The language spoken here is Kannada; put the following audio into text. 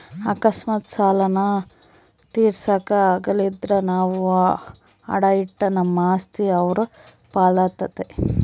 ಅಕಸ್ಮಾತ್ ಸಾಲಾನ ತೀರ್ಸಾಕ ಆಗಲಿಲ್ದ್ರ ನಾವು ಅಡಾ ಇಟ್ಟ ನಮ್ ಆಸ್ತಿ ಅವ್ರ್ ಪಾಲಾತತೆ